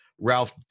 Ralph